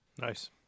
Nice